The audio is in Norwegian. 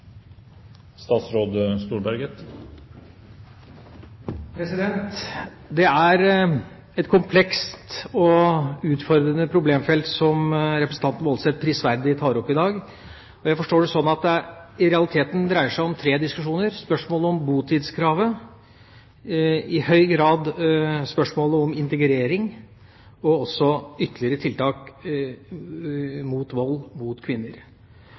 et komplekst og utfordrende problemfelt som representanten Woldseth prisverdig tar opp i dag. Jeg forstår det slik at det i realiteten dreier seg om tre diskusjoner: spørsmålet om botidskravet, i høy grad spørsmålet om integrering, og også ytterligere tiltak mot vold mot kvinner.